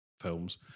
films